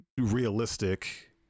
realistic